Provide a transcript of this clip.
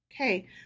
Okay